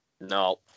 No